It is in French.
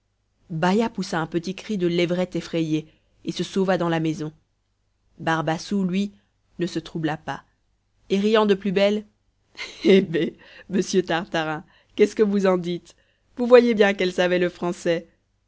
baïa poussa un petit cri de levrette effrayée et se sauva dans la maison barbassou lui ne se troubla pas et riant de plus belle hé bé monsieur tartarin qu'est-ce que vous en dites vous voyez bien qu'elle savait le français